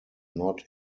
not